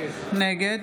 נגד